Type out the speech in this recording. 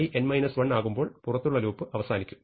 i n 1 ആകുമ്പോൾ പുറത്തുള്ള loop അവസാനിക്കും